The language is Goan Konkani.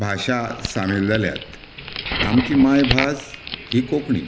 भाशा सामील जाल्यात आमची मांयभास ही कोंकणी